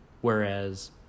Whereas